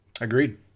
Agreed